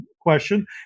question